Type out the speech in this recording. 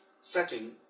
setting